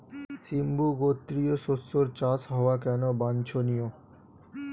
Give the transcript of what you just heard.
সিম্বু গোত্রীয় শস্যের চাষ হওয়া কেন বাঞ্ছনীয়?